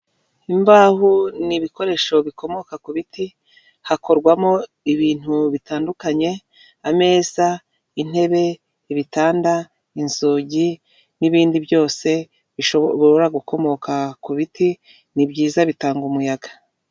Imbaho n'ibikoresho bikomoka ku biti hakorwamo ibintu bitandukanye, ameza, intebe, ibitanda, inzugi n'ibindi byose bishobora gukomoka ku biti nibyiza bitanga umuyaga.